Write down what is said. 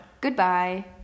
goodbye